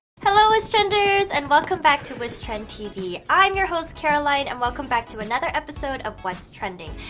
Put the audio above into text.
hello, wishtrenders! and welcome back to wishtrend tv. i'm your host caroline and welcome back to another episode of what's trending.